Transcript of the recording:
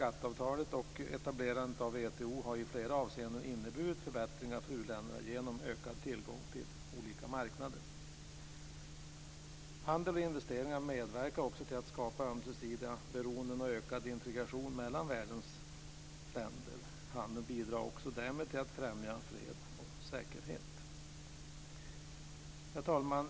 avtalet, och etablerandet av WTO har i flera avseenden inneburit förbättringar för u-länderna, genom ökad tillgång till olika marknader. Handel och investeringar medverkar också till att skapa ömsesidiga beroenden och ökad integration mellan världens länder. Handeln bidrar därmed också till att främja fred och säkerhet. Herr talman!